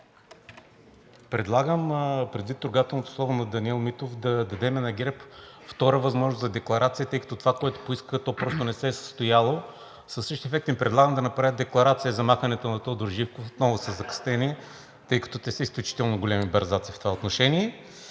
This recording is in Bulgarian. (ИТН): Предвид трогателното слово на Даниел Митов предлагам да дадем на ГЕРБ втора възможност за декларация, тъй като това, което поискаха, то просто не се е състояло. Със същия ефект им предлагам да направят декларация за махането на Тодор Живков – отново със закъснение, тъй като те са изключително големи бързаци в това отношение.